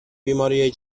بیماریهای